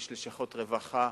יש לשכות רווחה,